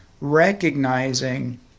recognizing